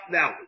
Now